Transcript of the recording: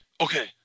okay